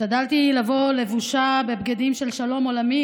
השתדלתי לבוא לבושה בבגדים של שלום עולמי,